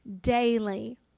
daily